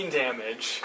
damage